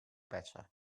better